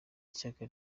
ishyaka